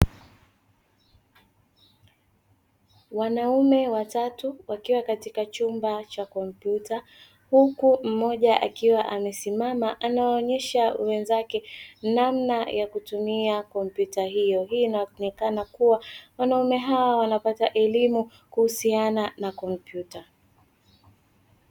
Wanaume watatu wakiwa katika chumba cha kompyuta, huku mmoja akiwa amesimama anawaonyesha wenzake namna ya kutumia kompyuta hiyo. Hii inaonekana kuwa wanaume hawa wanapata elimu kuhusiana na kompyuta.